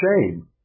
shame